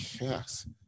yes